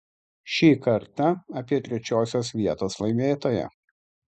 šį kartą apie trečiosios vietos laimėtoją